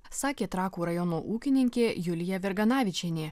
sakė trakų rajono ūkininkė julija virganavičienė